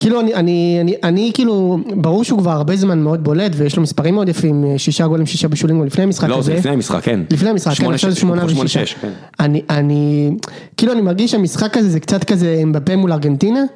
כאילו אני, אני כאילו ברור שהוא כבר הרבה זמן מאוד בולט ויש לו מספרים מאוד יפים, שישה גולים, שישה בישולים עוד לפני המשחק הזה. לא, זה לפני המשחק, כן. לפני המשחק, כן, עכשיו זה שמונה ושישה. אני, אני, כאילו אני מרגיש שהמשחק הזה זה קצת כזה אמבפה מול ארגנטינה.